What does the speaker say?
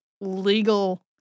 legal